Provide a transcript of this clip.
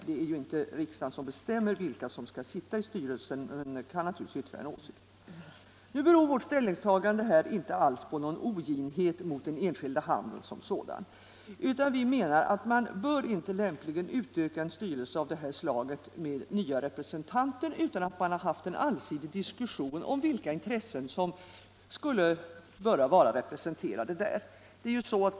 Det är ju inte riksdagen som bestämmer vilka som skall sitta i styrelsen, men den kan naturligtvis uttrycka en åsikt. Nu beror vårt ställningstagande här inte alls på någon oginhet mot den enskilda handeln som sådan, utan vi menar att man inte lämpligen bör utöka en styrelse av detta slag med nya representanter utan att man har haft en allsidig diskussion om vilka intressen som borde vara representerade där.